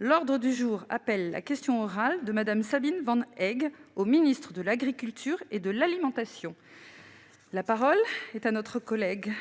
l'ordre du jour appelle la question orale de Madame Sabine Van Egg au ministre de l'Agriculture et de l'alimentation. La parole est à notre collègue.